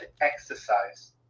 exercise